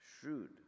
shrewd